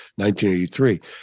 1983